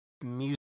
music